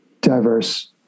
diverse